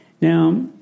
Now